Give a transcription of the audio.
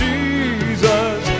Jesus